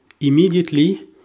immediately